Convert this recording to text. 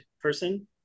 person